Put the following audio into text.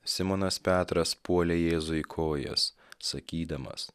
simonas petras puolė jėzui į kojas sakydamas